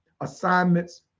assignments